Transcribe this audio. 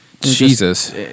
Jesus